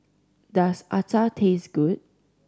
does acar taste good